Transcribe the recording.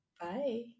bye